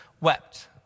wept